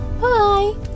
Bye